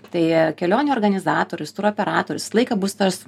tai kelionių organizatorius turo operatorius visą laiką bus tas